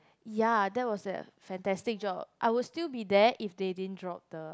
ya that was the fantastic job I will still be there if they didn't drop the